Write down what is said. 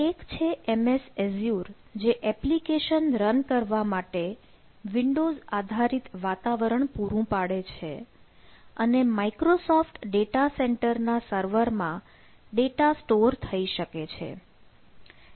એક છે MS Azure જે એપ્લિકેશન રન કરવા માટે વિન્ડોઝ આધારિત વાતાવરણ પૂરું પાડે છે અને માઈક્રોસોફ્ટ ડેટા સેન્ટર ના સર્વર માં ડેટા સ્ટોર થઇ શકે છે